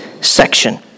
section